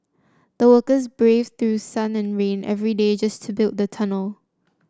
the workers braved through sun and rain every day just to build the tunnel